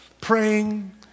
praying